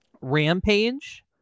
Rampage